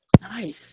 Nice